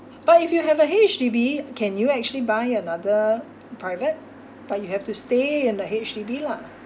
but if you have a H_D_B can you actually buy another private but you have to stay in the H_D_B lah